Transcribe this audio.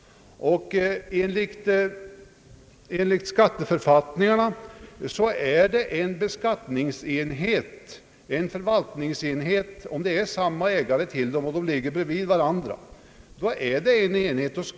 Enligt skatteförfattningarna utgör fastigheterna en beskattningsenhet, om de har samma ägare och ligger bredvid varandra.